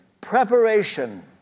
preparation